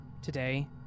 Today